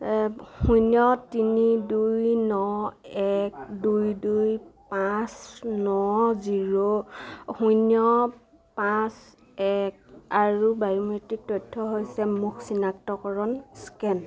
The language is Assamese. শূন্য তিনি দুই ন এক দুই দুই পাঁচ ন জিৰ' শূন্য পাঁচ এক আৰু বায়োমেট্ৰিক তথ্য হৈছে মুখ চিনাক্তকৰণ স্কেন